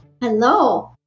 Hello